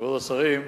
כבוד השרים,